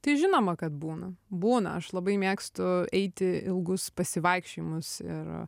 tai žinoma kad būna būna aš labai mėgstu eiti ilgus pasivaikščiojimus ir